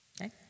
Okay